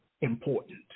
important